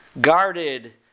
guarded